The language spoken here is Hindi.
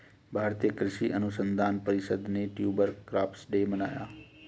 भारतीय कृषि अनुसंधान परिषद ने ट्यूबर क्रॉप्स डे मनाया